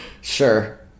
Sure